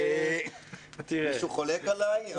מישהו חולק עליי?